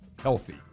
healthy